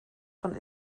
von